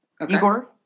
Igor